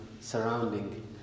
surrounding